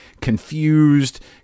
confused